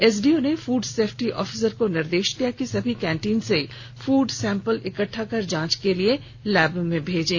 SDO ने food safety officer को निर्देश दिया कि सभी कैंटीन से फूड सैंपल इकहा कर जांच के लिए लैब में भेजें